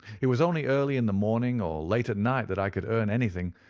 it was only early in the morning or late at night that i could earn anything,